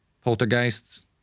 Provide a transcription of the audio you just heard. poltergeists